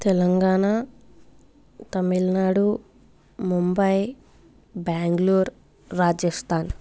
Telangana Tamil Nadu Mumbai Bangalore Rajasthan